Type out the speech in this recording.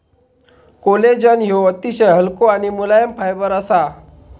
collagen ह्यो अतिशय हलको आणि मुलायम फायबर असा